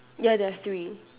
ya there are three